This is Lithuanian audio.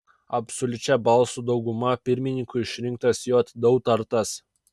absoliučia balsų dauguma pirmininku išrinktas j dautartas